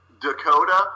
Dakota